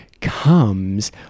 comes